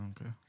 Okay